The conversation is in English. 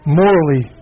morally